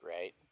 right